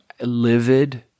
livid